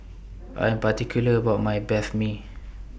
I Am particular about My Banh MI